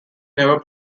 never